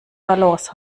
balance